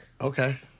okay